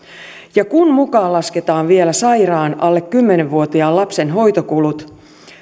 kun mukaan lasketaan vielä sairaan alle kymmenen vuotiaan lapsen hoitokulut